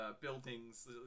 buildings